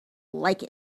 like